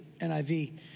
NIV